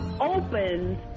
opens